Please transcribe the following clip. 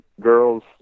girls